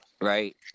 right